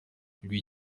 lui